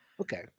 Okay